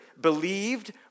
believed